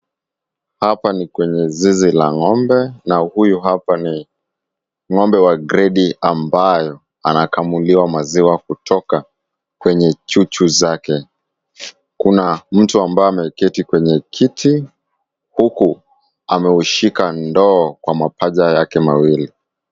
Hapa ni kwenye zizi la ng'ombe, na huyu hapa ni ng'ombe wa gredi ambaye anakamuliwa maziwa kutoka kwenye chuchu zake. Kuna mtu ambaye ameketi kwenye kiti, huku ameushika ndoo kwa mapaja yake mawili.